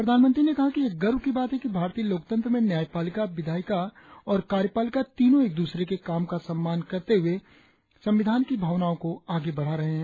प्रधानमंत्री ने कहा ये गर्व की बात है कि भारतिय लोकतंत्र में न्यायपालिका विधायिका और कार्यपालिका तीनों एक दूसरे के काम का सम्मान करते हुए संविधान की भावनाओं को आगे बढ़ा रहें है